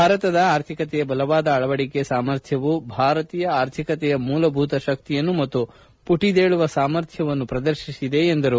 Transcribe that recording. ಭಾರತದ ಆರ್ಥಿಕತೆಯ ಬಲವಾದ ಅಳವಡಿಕೆ ಸಾಮರ್ಥ್ಯಯು ಭಾರತೀಯ ಆರ್ಥಿಕತೆಯ ಮೂಲಭೂತ ಶಕ್ತಿಯನ್ನು ಮತ್ತು ಪುಟಿದೇಳುವ ಸಾಮರ್ಥ್ಯವನ್ನು ಪ್ರದರ್ಶಿಸಿದೆ ಎಂದರು